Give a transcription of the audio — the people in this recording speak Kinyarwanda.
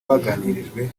baganirijwe